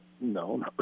no